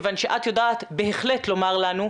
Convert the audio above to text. כיון שאת יודעת בהחלט לומר לנו,